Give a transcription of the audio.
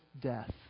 death